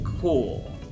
cool